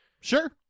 Sure